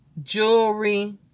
Jewelry